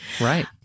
Right